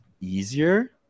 easier